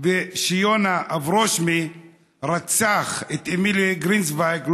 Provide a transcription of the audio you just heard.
וכשיונה אברושמי רצח את אמיל גרינצווייג,